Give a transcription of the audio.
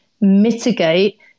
mitigate